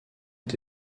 ont